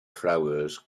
flowers